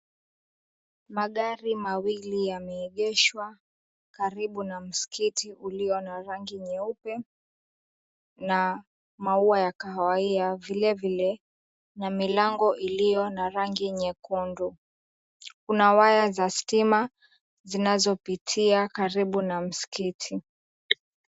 Magari mawili yameegeshwa karibu na msikiti ulio na rangi nyeupe na maua ya kahawia, vilevile, na milango iliyo na rangi nyekundu. Kuna waya za stima zinazo pitia karibu na msikiti.